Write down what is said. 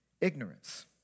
ignorance